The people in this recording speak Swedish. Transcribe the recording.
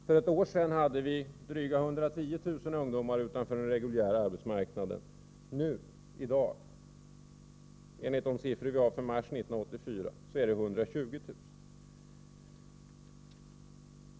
För ett år sedan hade vi drygt 110 000 ungdomar utanför den reguljära arbetsmarknaden — enligt siffrorna för mars 1984 är det 120 000.